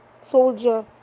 soldier